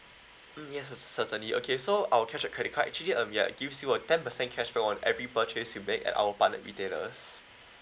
mm yes certainly okay so our cashback credit card actually uh we are gives you a ten percent cashback on every purchase you make at our partner retailers